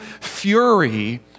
fury